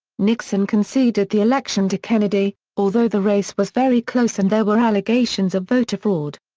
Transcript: nixon conceded the election to kennedy, although the race was very close and there were allegations of voter fraud.